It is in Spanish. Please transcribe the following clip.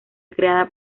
creada